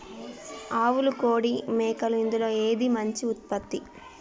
ఆవులు కోడి మేకలు ఇందులో ఏది మంచి ఉత్పత్తి?